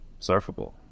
surfable